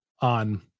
on